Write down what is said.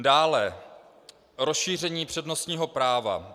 Dále, rozšíření přednostního práva.